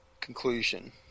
conclusion